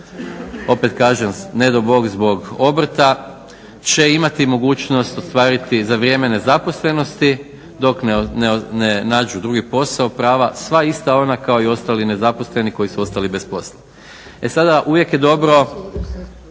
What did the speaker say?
opet kažem nedo Bog zbog obrta će imati mogućnost ostvariti za vrijeme nezaposlenosti dok ne nađu drugi posao, prava sva ista ona kao i ostali nezaposleni koji su ostali bez posla. E sada uvijek je dobro